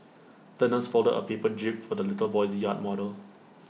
the nurse folded A paper jib for the little boy's yacht model